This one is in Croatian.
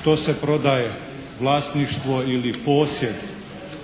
što se prodaje vlasništvo ili posjed,